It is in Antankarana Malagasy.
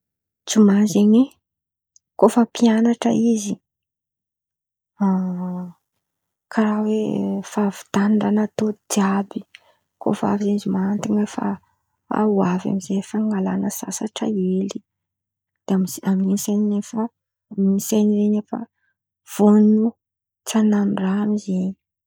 Joma zen̈y, kô fa mpian̈atra izy karàha oe fahavitan̈-draha n̈atao jiàby kô fa Joma efa avy amy izay fangalan̈a sasatra hely, de amy ze amin̈'iny zen̈y an̈ao fa misain̈y fa vonon̈o tsy han̈ano raha zen̈y.